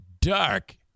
dark